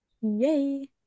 Yay